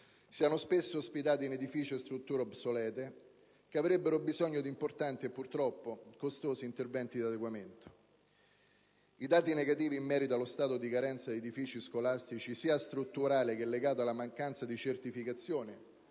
siano spesso ospitati in edifici o strutture obsolete, che avrebbero bisogno di importanti e purtroppo costosi interventi di adeguamento. I dati negativi in merito allo stato di carenza degli edifici scolastici, sia dal punto di vista strutturale che della mancanza di certificazioni